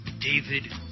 David